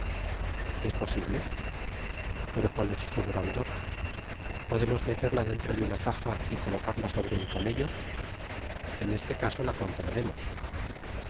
es posible pero cuál es su grandor podemosme terla dentro de una caja y colocarla sobre un camello bu este caso la compraremos